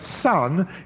son